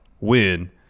win